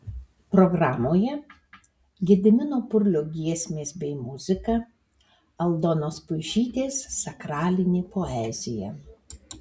programoje gedimino purlio giesmės bei muzika aldonos puišytės sakralinė poezija